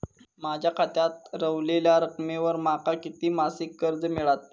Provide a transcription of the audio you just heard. माझ्या खात्यात रव्हलेल्या रकमेवर माका किती मासिक कर्ज मिळात?